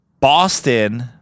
Boston